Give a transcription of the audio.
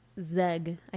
Zeg